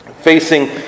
facing